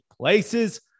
places